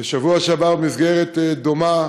בשבוע שעבר, במסגרת דומה,